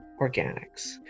organics